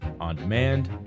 on-demand